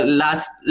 last